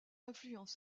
influence